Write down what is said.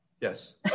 yes